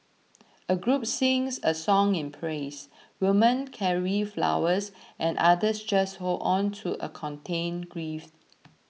a group sings a song in praise women carry flowers and others just hold on to a contained grief